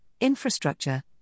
infrastructure